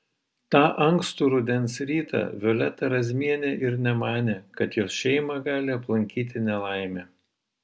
tą ankstų rudens rytą violeta razmienė ir nemanė kad jos šeimą gali aplankyti nelaimė